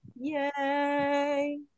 yay